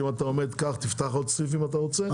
שאם אתה עומד קח תפתח עוד סניף אם אתה רוצה,